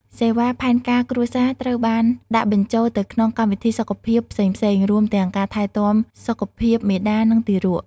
សេវាផែនការគ្រួសារត្រូវបានដាក់បញ្ចូលទៅក្នុងកម្មវិធីសុខភាពផ្សេងៗ រួមទាំងការថែទាំសុខភាពមាតា និងទារក។